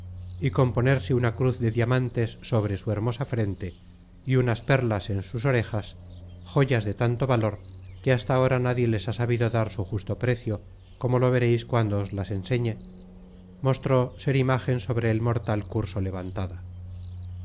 y con ponerse una cruz de diamantes content from google book search generated at de tanto valor que hasta ahora nadie les ha sabido dar su justo precio como lo vereis cuando os las enseñe mostró ser imágen sobre el mortal curso levantada